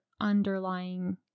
underlying